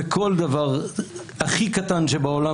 וכל דבר הכי קטן שבעולם,